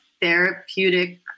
therapeutic